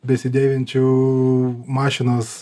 besidėvinčių mašinos